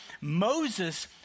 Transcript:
Moses